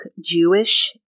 Jewish